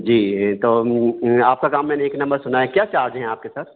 जी तो आपका काम मैंने एक नम्बर सुना है क्या चार्ज है आपका सर